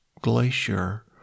glacier